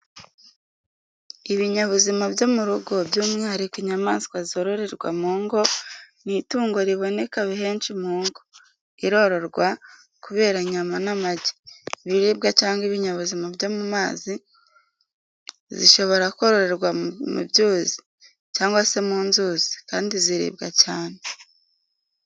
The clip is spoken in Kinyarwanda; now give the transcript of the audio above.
Ibinyabuzima byo mu rugo, by’umwihariko inyamaswa zororerwa mu ngo. Ni itungo riboneka henshi mu ngo. Irororwa kubera inyama n’amagi. ibiribwa cyangwa ibinyabuzima byo mu mazi zishobora kororerwa mu byuzi cyangwa se mu nzuzi, kandi ziribwa cyane.